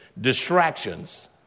distractions